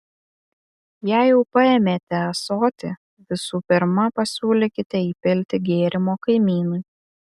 jei jau paėmėte ąsotį visų pirma pasiūlykite įpilti gėrimo kaimynui